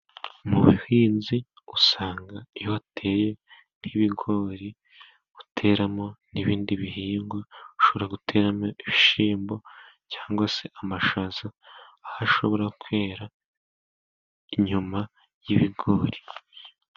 Mu buhinzi usanga iyo wateye nk'ibigori uteramo n'ibindi bihingwa. Ushobora guteramo ibishyimbo cyangwa se amashaza, aho ashobora kwera inyuma y'ibigori.